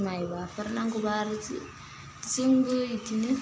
मायबाफोर नांगौबा आरो जो जोंबो बिदिनो